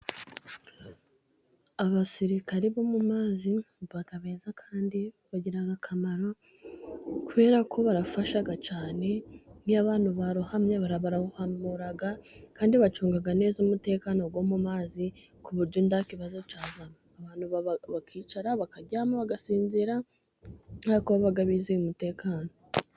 Abasirikare bo mu mazi baba beza kandi bagira akamaro kubera ko barafasha cyane. Nk'iyo abantu barohamye barabarohamura kandi bacunga neza umutekano wo mu mazi, ku buryo nta kibaza cyazamo. Abantu bakicara, bakaryama bagasinzira kubera ko baba bizeye umutekano.